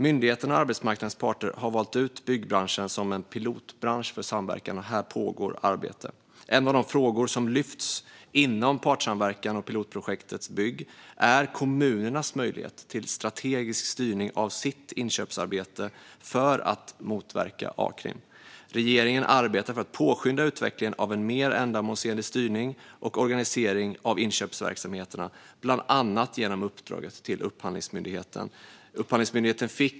Myndigheterna och arbetsmarknadens parter har valt ut byggbranschen som en pilotbransch för samverkan, och här pågår arbete. En av de frågor som lyfts fram inom partssamverkan och detta pilotprojekt är kommunernas möjlighet till strategisk styrning av sitt inköpsarbete för att motverka arbetslivskriminalitet. Regeringen arbetar för att påskynda utvecklingen av en mer ändamålsenlig styrning och organisering av inköpsverksamheterna, bland annat genom uppdraget till Upphandlingsmyndigheten.